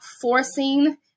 forcing